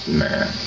man